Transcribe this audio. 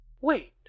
Wait